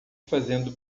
fazendo